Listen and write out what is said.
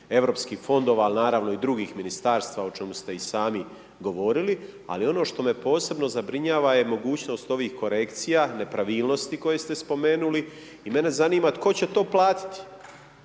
EU fondova ali naravno i drugih ministarstava o čemu ste i sami govorili ali ono što me posebno zabrinjava je mogućnost ovih korekcija, nepravilnosti koje ste spomenuli i mene zanima tko će to platiti.